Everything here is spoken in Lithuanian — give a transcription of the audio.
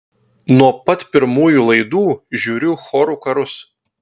nuo pat pirmųjų laidų žiūriu chorų karus